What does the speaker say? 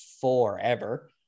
forever